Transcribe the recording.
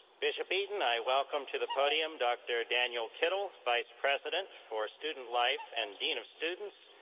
bishop eaton, i welcome to the podium dr. daniel kittle, vice president for student life and dean of students,